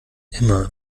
immer